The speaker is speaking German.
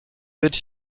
wird